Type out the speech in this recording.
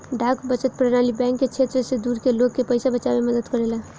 डाक बचत प्रणाली बैंक के क्षेत्र से दूर के लोग के पइसा बचावे में मदद करेला